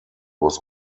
was